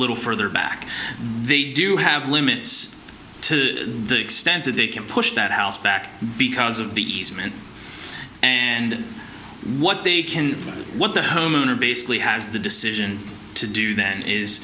little further back they do have limits to the extent that they can push that house back because of the easement and what they can what the homeowner basically has the decision to do then is